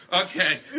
okay